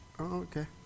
Okay